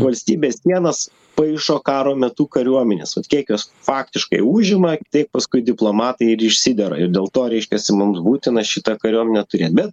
valstybės sienas paišo karo metu kariuomenės vat kiek jos faktiškai užima tiek paskui diplomatai ir išsidera ir dėl to reiškiasi mums būtina šitą kariuomenę turėt bet